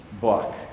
book